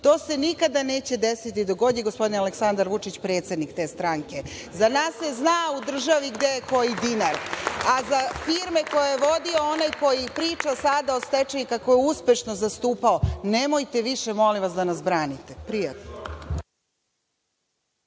To se nikada neće desiti, dokle god je gospodin Aleksandar Vučić predsednik te stranke.Za nas se zna u državi gde je koji dinar, a za firme koje je vodio onaj koji priča sada o stečaju i kako je uspešno zastupao – nemojte više da nas branite, molim vas.